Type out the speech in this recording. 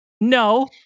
No